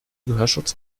gehörschutz